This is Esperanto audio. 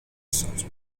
saĝa